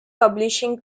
publishing